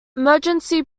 emergency